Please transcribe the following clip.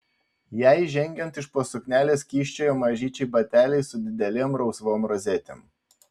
jai žengiant iš po suknelės kyščiojo mažyčiai bateliai su didelėm rausvom rozetėm